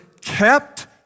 kept